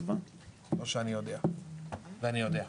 לא שאני יודע ואני יודע,